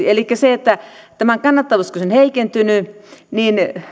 elikkä se että kun tämä kannattavuus on heikentynyt niin